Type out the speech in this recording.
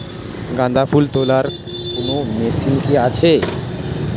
গাঁদাফুল তোলার কোন মেশিন কি আছে?